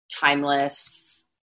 timeless